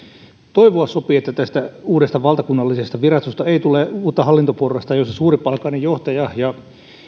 toivoa sopii että tästä uudesta valtakunnallisesta virastosta ei tule uutta hallintoporrasta jossa on suuripalkkainen johtaja ja